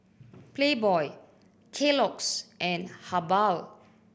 Playboy Kellogg's and Habhal